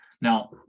now